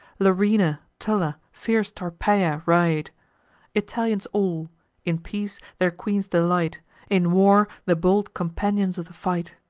larina, tulla, fierce tarpeia, ride italians all in peace, their queen's delight in war, the bold companions of the fight.